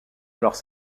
alors